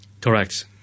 Correct